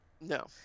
no